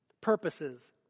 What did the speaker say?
Purposes